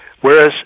Whereas